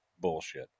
bullshit